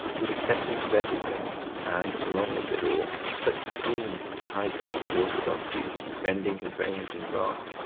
his acceptance of everything and along with it all such scenes as the high priest of orthodoxy rending his raiment in wrath,